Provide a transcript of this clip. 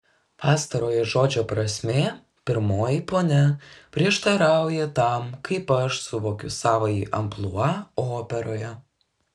pastarojo žodžio prasmė pirmoji ponia prieštarauja tam kaip aš suvokiu savąjį amplua operoje